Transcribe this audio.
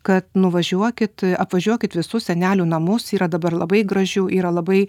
kad nuvažiuokit apvažiuokit visus senelių namus yra dabar labai gražių yra labai